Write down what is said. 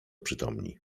przytomni